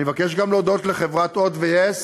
אני מבקש גם להודות לחברות "הוט" ו-yes,